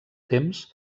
temps